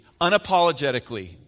unapologetically